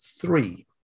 three